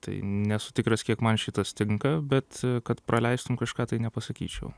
tai nesu tikras kiek man šitas tinka bet kad praleistum kažką tai nepasakyčiau